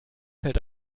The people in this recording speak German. fällt